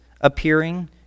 appearing